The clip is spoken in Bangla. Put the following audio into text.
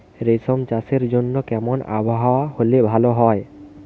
রেশম চাষের জন্য কেমন আবহাওয়া হাওয়া হলে ভালো?